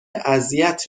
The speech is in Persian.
اذیت